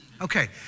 Okay